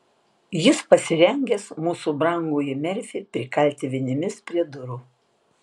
jis pasirengęs mūsų brangųjį merfį prikalti vinimis prie durų